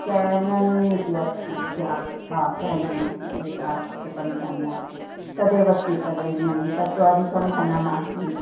केनन् इति अस्ति स्यात् हा केनन् इति एका एकं केमेरा आसीत् तदेव स्वीकरणीयं तत्तु अधिकं धनमासीत्